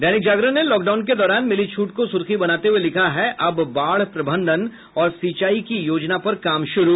दैनिक जागरण ने lockdown के दौरान मिली छूट को सुर्खी बनाते हुए लिखा है अब बाढ़ प्रबंधन और सिंचाई की योजना पर काम शुरू